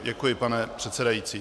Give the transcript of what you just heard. Děkuji, pane předsedající.